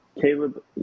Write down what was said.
Caleb